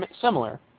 similar